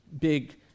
big